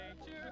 Nature